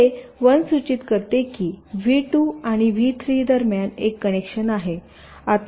हे 1 सूचित करते की व्ही 2 आणि व्ही 3 दरम्यान एक कनेक्शन आहे